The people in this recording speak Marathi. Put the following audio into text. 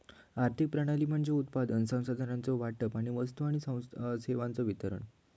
आर्थिक प्रणाली म्हणजे उत्पादन, संसाधनांचो वाटप आणि वस्तू आणि सेवांचो वितरण